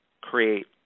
create